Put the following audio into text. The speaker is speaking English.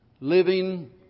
Living